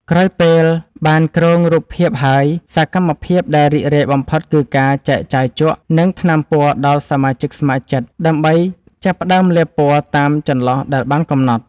ក្រោយពេលបានគ្រោងរូបភាពហើយ សកម្មភាពដែលរីករាយបំផុតគឺការចែកចាយជក់ និងថ្នាំពណ៌ដល់សមាជិកស្ម័គ្រចិត្តដើម្បីចាប់ផ្ដើមលាបពណ៌តាមចន្លោះដែលបានកំណត់។